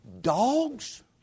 dogs